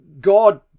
God